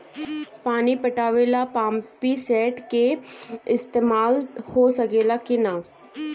पानी पटावे ल पामपी सेट के ईसतमाल हो सकेला कि ना?